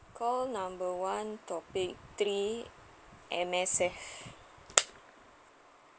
call number one topic three M_S_F